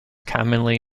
commonly